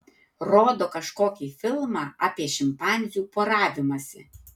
rodo kažkokį filmą apie šimpanzių poravimąsi